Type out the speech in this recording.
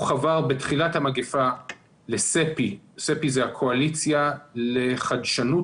הוא חבר בתחילת המגפה ל-"ספי" שזאת הקואליציה לחדשנות